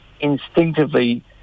instinctively